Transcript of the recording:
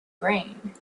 brain